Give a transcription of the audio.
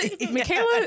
Michaela